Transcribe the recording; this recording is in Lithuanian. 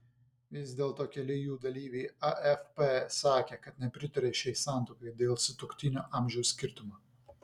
vis dėlto keli jų dalyviai afp sakė kad nepritaria šiai santuokai dėl sutuoktinių amžiaus skirtumo